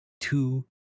two